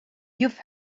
you’ve